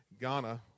Ghana